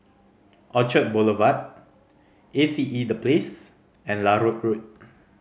Orchard Boulevard A C E The Place and Larut Road